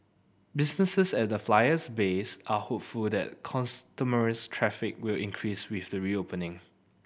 businesses at the Flyer's base are hopeful that customer traffic will increase with the reopening